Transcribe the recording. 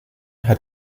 hat